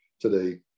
today